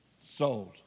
sold